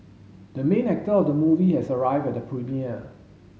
the main actor of the movie has arrived at the premiere